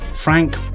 Frank